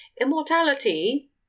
Immortality